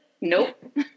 Nope